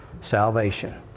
salvation